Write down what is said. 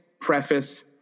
preface